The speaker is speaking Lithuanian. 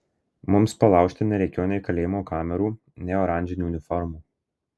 mums palaužti nereikėjo nei kalėjimo kamerų nei oranžinių uniformų